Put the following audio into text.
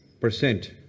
percent